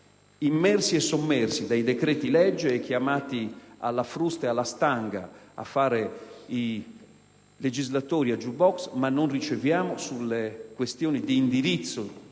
immersi e sommersi dai decreti-legge, chiamati alla frusta e alla stanga a fare i legislatori a *jukebox*, mentre sulle questioni di indirizzo